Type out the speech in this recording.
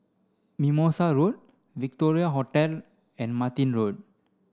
Mimosa Road Victoria Hotel and Martin Road